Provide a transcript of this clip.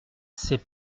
c’est